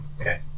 okay